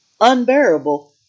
unbearable